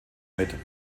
mit